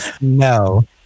No